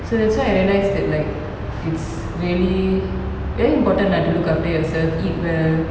so that's why I realise that like it's really very important lah to look after yourself eat well